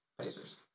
Pacers